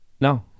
No